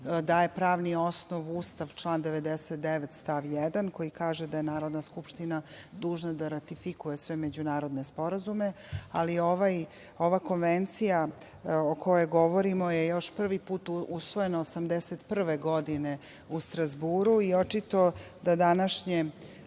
da je pravni osnov Ustav, član 99. stav 1. koji kaže da je Narodna skupština dužna da ratifikuje sve međunarodne sporazume, ali ova Konvencija o kojoj govorimo je još prvi put usvojena 1981. godine u Strazburu i očito da današnje